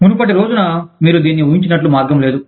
మునుపటి రోజున మీరు దీన్ని ఊహించినట్లు మార్గం లేదు